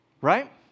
Right